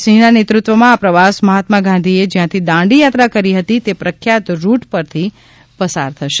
સિંહના નેતૃત્ત્વમાં આ પ્રવાસ મહાત્મા ગાંધીએ જ્યાંથી દાંડી યાત્રા કરી હતી તે પ્રખ્યાત રૂટ પરથી પસાર થશે